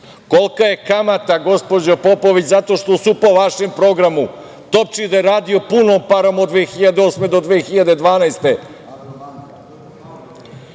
Kolika je kamata, gospođo Popović, zato što su po vašem programu, Topčider radio punom parom od 2008. do 2012.